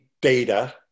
data